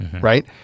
Right